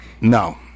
No